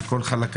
על כל חלקיו,